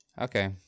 Okay